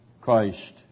Christ